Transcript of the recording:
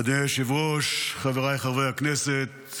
אדוני היושב-ראש, חבריי חברי הכנסת,